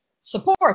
support